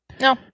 No